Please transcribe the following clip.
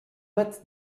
matt